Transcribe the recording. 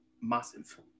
massive